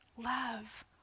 Love